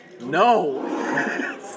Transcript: No